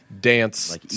dance